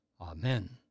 Amen